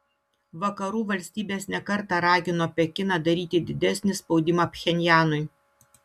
vakarų valstybės ne kartą ragino pekiną daryti didesnį spaudimą pchenjanui